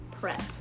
PrEP